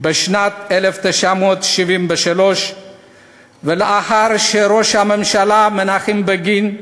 בשנת 1973 ולאחר שראש הממשלה מנחם בגין,